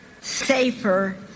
safer